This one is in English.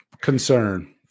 Concern